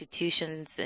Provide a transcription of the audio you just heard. institutions